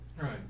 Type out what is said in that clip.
Right